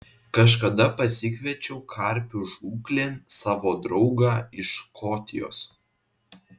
kažkada pasikviečiau karpių žūklėn savo draugą iš škotijos